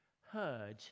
heard